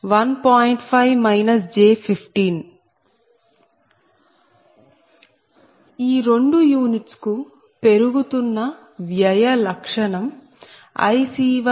5 j15 ఈ రెండు units కు పెరుగుతున్న వ్యయ లక్షణం IC140